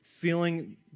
feeling